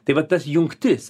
tai vat tas jungtis